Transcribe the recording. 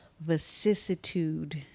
Vicissitude